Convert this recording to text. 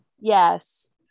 yes